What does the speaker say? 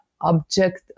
object